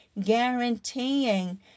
guaranteeing